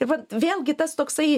ir vat vėlgi tas toksai